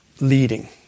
leading